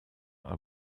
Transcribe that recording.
are